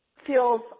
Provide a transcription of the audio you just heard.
feels